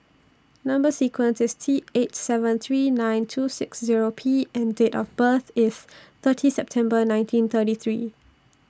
Number sequence IS T eight seven three nine two six Zero P and Date of birth IS thirty September nineteen thirty three